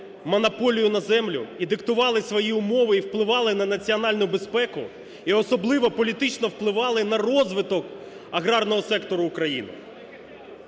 монополію на землю і диктували свої умови, і впливали на національну безпеку? І особливо політично впливали на розвиток аграрного сектору України